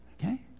okay